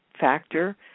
factor